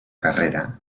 carrera